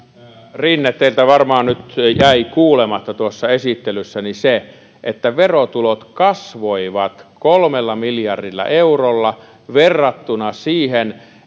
rinne teiltä varmaan nyt jäi kuulematta tuossa esittelyssäni se että verotulot kasvoivat kolmella miljardilla eurolla verrattuna siihen